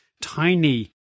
tiny